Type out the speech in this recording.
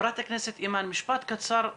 חברת הכנסת אימאן, משפט קצר, בבקשה.